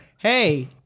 Hey